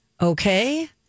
Okay